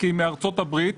מארצות הברית.